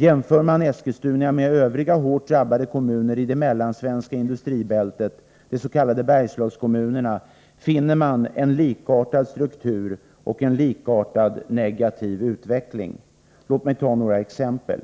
Jämför man Eskilstuna med övriga hårt drabbade kommuner i det mellansvenska industribältet, de s.k. Bergslagskommunerna, finner man att Eskilstuna har en likartad struktur och en likartad negativ utveckling. Låt mig ta några exempel!